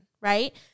right